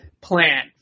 plan